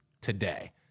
today